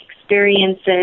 experiences